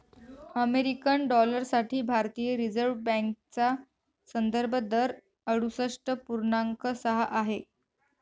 American dollar साठी भारतीय reserve बँकेचा संदर्भ दर अडुसष्ठ पूर्णांक सहा आहे